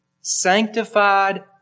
sanctified